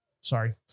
Sorry